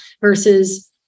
versus